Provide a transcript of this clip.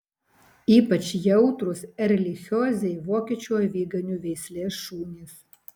ypač jautrūs erlichiozei vokiečių aviganių veislės šunys